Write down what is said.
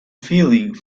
feeling